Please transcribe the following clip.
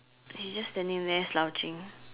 they just standing there slouching